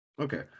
Okay